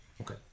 Okay